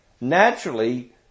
Naturally